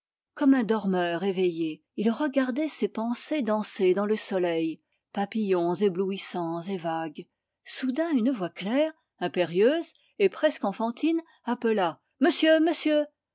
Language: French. comme un dormeur éveillé il regardait ses pensées danser dans le soleil papillons éblouissants et vagues soudain une voix claire impérieuse et presque enfantine appela monsieur monsieur